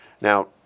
Now